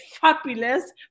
fabulous